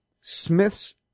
Smith's